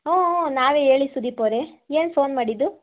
ಹ್ಞೂ ಊಂ ನಾನೇ ಹೇಳಿ ಸುದೀಪ್ ಅವರೇ ಏನು ಫೋನ್ ಮಾಡಿದ್ದು